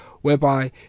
whereby